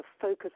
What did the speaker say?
focus